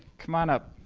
come on up!